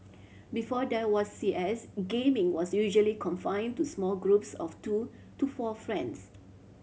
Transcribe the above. before there was C S gaming was usually confined to small groups of two to four friends